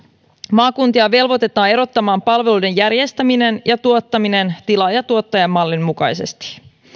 maakuntia velvoitetaan erottamaan palveluiden järjestäminen ja tuottaminen tilaaja tuottaja mallin mukaisesti